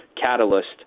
catalyst